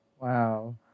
Wow